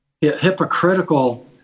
hypocritical